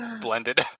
blended